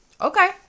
Okay